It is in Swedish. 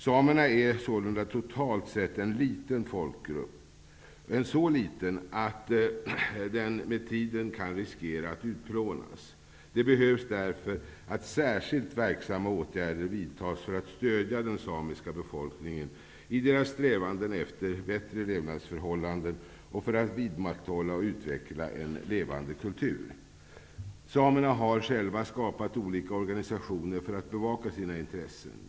Samerna är sålunda totalt sett en så liten folkgrupp att den med tiden kan riskera att utplånas. Det behövs därför att särskilt verksamma åtgärder vidtas för att stödja den samiska befolkningen i deras strävanden efter bättre levnadsförhållanden och för att vidmakthålla och utveckla en levande kultur. Samerna har själva skapat olika organisationer för att bevaka sina intressen.